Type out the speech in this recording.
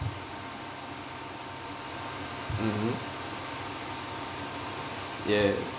mmhmm